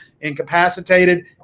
incapacitated